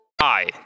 Hi